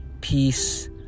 peace